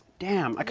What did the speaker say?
damn, like